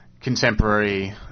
contemporary